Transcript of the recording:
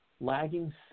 Lagging